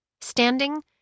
Standing